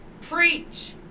preach